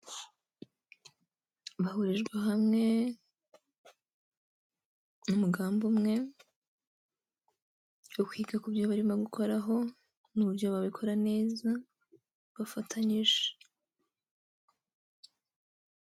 Bahurijwe hamwe n'umugambi umwe wo kwiga ku byo barimo gukoraho, n'uburyo babikora neza bafatanyije.